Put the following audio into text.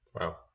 Wow